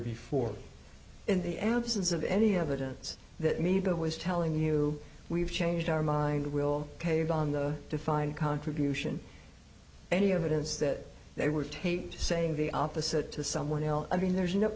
before in the absence of any evidence that neither was telling you we've changed our mind will cave on the defined contribution any evidence that they were taped saying the opposite to someone else i mean there's